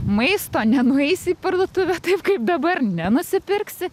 maisto nenueisi į parduotuvę taip kaip dabar nenusipirksi